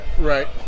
Right